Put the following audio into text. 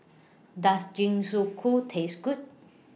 Does Jingisukan Taste Good